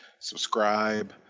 subscribe